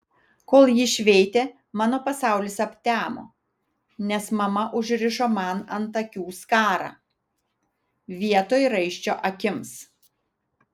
kol ji šveitė mano pasaulis aptemo nes mama užrišo man ant akių skarą vietoj raiščio akims